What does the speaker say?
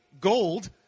gold